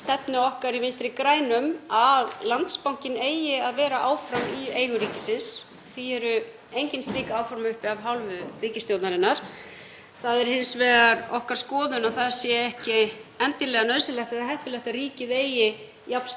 Það er hins vegar okkar skoðun að það sé ekki endilega nauðsynlegt eða heppilegt að ríkið eigi jafn stóran hluta af fjármálakerfinu og raun ber vitni á Íslandi í dag og það er ástæðan fyrir því að við höfum ráðist í það verkefni að selja hlut í Íslandsbanka.